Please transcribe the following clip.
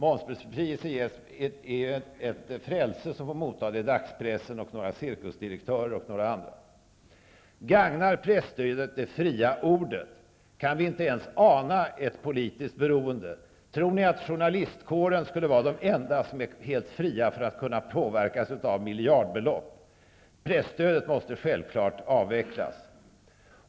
Det är ju ett frälse som får motta momsbefrielse, nämligen dagspressen, några cirkusdirektörer och några andra. Gagnar presstödet det fria ordet? Kan vi inte ens ana ett politiskt beroende? Tror ni att journalistkåren skulle vara de enda som är helt fria från att kunna påverkas av miljardbelopp? Presstödet måste självfallet avvecklas.